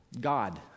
God